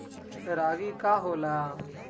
रागी का होला?